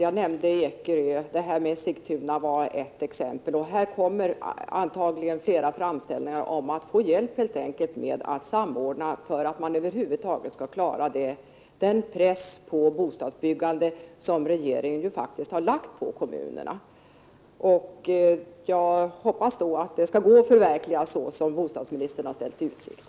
Jag nämnde Ekerö och Sigtuna, men det blir antagligen fler som behöver hjälp för att samordna för att över huvud taget klara den press på bostadsbyggandet som regeringen faktiskt lagt på kommunerna. Jag hoppas att det skall gå att förverkliga vad bostadsministern ställt i utsikt.